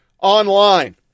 online